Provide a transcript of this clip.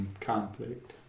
conflict